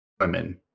women